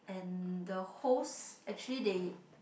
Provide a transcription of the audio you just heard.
and the host actually they